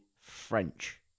French